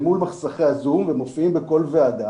אל מול מסכי הזום ומופיעים בכל ועדה,